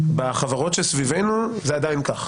בחברות שסביבנו זה עדיין כך.